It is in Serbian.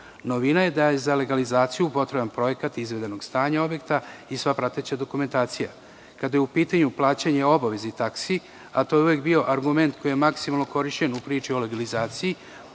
roka. Novina je da je za legalizaciju potreban projekat izvedenog stanja objekta i sva prateća dokumentacija. Kada je u pitanju plaćanje obaveznih taksi, a to je uvek bio argument koji je maksimalno korišćen u priči o legalizaciji,